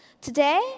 Today